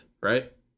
right